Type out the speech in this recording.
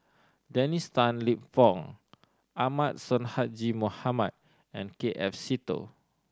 Dennis Tan Lip Fong Ahmad Sonhadji Mohamad and K F Seetoh